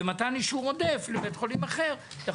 ומתן אישור עודף לבית חולים אחר יכול